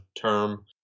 term